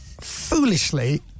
foolishly